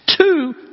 Two